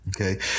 okay